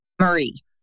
Marie